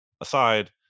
aside